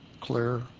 clear